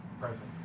present